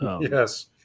Yes